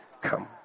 come